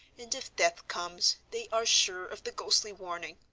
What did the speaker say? and, if death comes, they are sure of the ghostly warning.